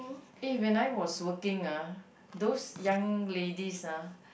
eh when I was working ah those young ladies ah